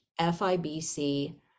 fibc